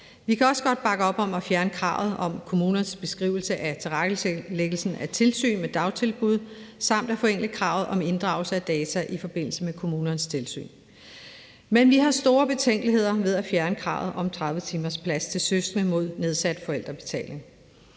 Vi kan også godt bakke op om at fjerne kravet om kommunernes beskrivelser af tilrettelæggelsen af tilsyn med dagtilbud samt at forenkle kravet om inddragelse af data i forbindelse med kommunernes tilsyn. Men vi har store betænkeligheder ved at fjerne kravet om 30-timersplads til søskende mod nedsat forældrebetaling.